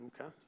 okay